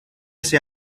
ese